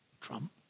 Trump